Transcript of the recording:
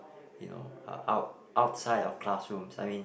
you know uh out~ outside of classrooms I mean